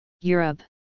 Europe